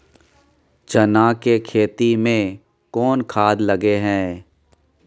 चना के खेती में कोन खाद लगे हैं?